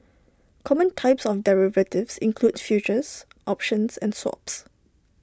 common types of derivatives include futures options and swaps